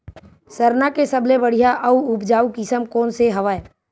सरना के सबले बढ़िया आऊ उपजाऊ किसम कोन से हवय?